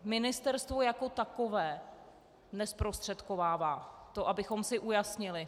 Ministerstvo jako takové nezprostředkovává, to abychom si ujasnili.